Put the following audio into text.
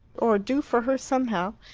or do for her somehow.